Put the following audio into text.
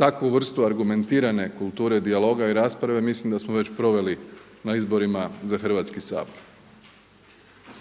Takvu vrstu argumentirane kulture dijaloga i rasprave mislim da smo već proveli na izborima za Hrvatski sabor.